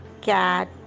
cat